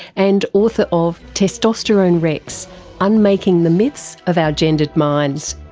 and author of testosterone rex unmaking the myths of our gendered minds.